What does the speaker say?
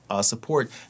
support